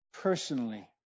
personally